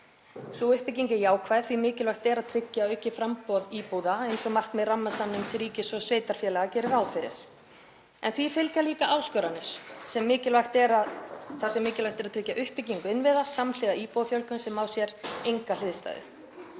Sú uppbygging er jákvæð því mikilvægt er að tryggja aukið framboð íbúða eins og markmið rammasamnings ríkis og sveitarfélaga gerir ráð fyrir, en því fylgja líka áskoranir þar sem mikilvægt er að tryggja uppbyggingu innviða samhliða íbúafjölgun sem á sér enga hliðstæðu.